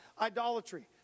idolatry